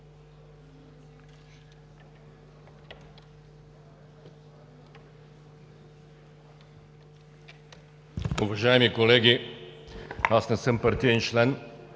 Уважаеми колеги! Аз не съм партиен член,